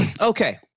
Okay